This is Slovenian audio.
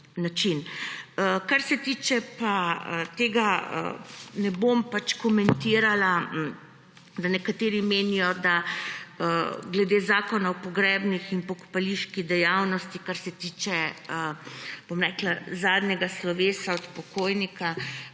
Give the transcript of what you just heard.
Kar se tiče pa tega, ne bom pač komentirala, da nekateri menijo, da glede Zakona o pogrebni in pokopališki dejavnosti, kar se tiče zadnjega slovesa od pokojnika,